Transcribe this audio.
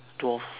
dwarfs